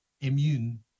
Immune